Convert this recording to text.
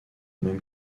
même